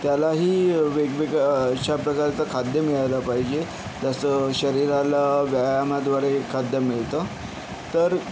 त्यालाही वेगवेग अशा प्रकारचं खाद्य मिळालं पाहिजे तसं शरीराला व्यायामाद्वारे खाद्य मिळतं तर